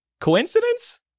coincidence